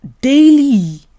daily